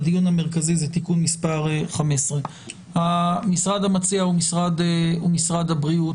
הדיון המרכזי הוא בתיקון מספר 15. המשרד המציע הוא משרד הבריאות.